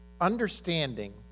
understanding